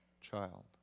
child